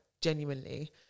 genuinely